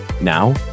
now